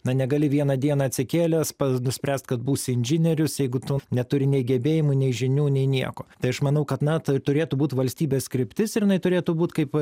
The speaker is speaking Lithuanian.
na negali vieną dieną atsikėlęs pats nuspręs kad būsi inžinierius jeigu tu neturi nei gebėjimų nei žinių nei nieko tai aš išmanau kad na tai turėtų būti valstybės kryptis ir jinai turėtų būt kaip